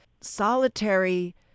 solitary